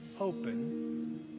open